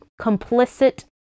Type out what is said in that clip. Complicit